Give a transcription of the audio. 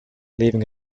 leaving